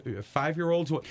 Five-year-olds